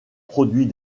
produit